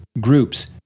groups